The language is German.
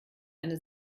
eine